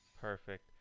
Perfect